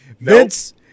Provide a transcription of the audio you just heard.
Vince